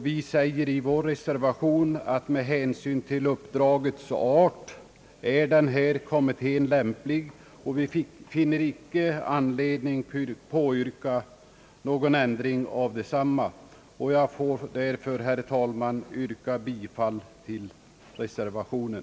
Vi säger i vår reservation, att med hänsyn till uppdragets art är denna nya kommitté lämplig, och vi finner inte anledning påyrka någon ändring av densamma, Jag yrkar därför, herr talman, bifall till reservationen.